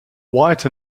white